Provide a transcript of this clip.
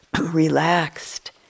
relaxed